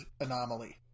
anomaly